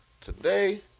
today